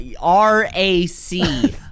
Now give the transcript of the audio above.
R-A-C